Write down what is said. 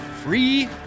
free